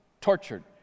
tortured